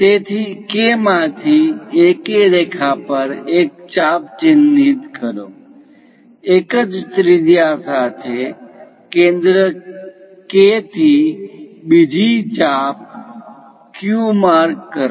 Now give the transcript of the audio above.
તેથી K માંથી AK રેખા પર એક ચાપ ચિહ્નિત કરો એક જ ત્રિજ્યા સાથે કેન્દ્ર K થી બીજી ચાપ Q માર્ક કરો